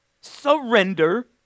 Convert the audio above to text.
Surrender